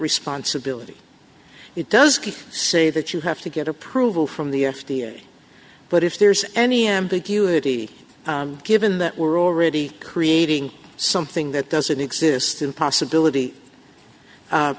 responsibility it does say that you have to get approval from the f d a but if there's any ambiguity given that we're already creating something that doesn't exist in the possibility of